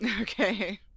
okay